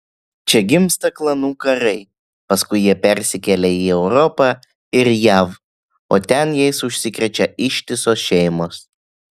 čia gimsta klanų karai paskui jie persikelia į europą ir jav o ten jais užsikrečia ištisos šeimos